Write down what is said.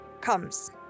comes